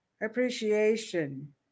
appreciation